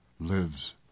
lives